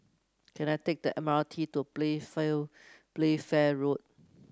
can I take the M R T to Playfair Playfair Road